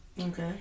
Okay